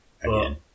Again